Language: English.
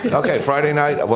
but okay, friday night.